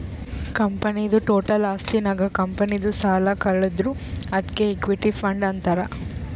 ಕಂಪನಿದು ಟೋಟಲ್ ಆಸ್ತಿ ನಾಗ್ ಕಂಪನಿದು ಸಾಲ ಕಳದುರ್ ಅದ್ಕೆ ಇಕ್ವಿಟಿ ಫಂಡ್ ಅಂತಾರ್